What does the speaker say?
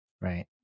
Right